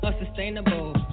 unsustainable